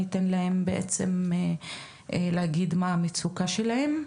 אתן להם בעצם להגיד מה המצוקה שלהם?